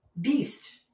beast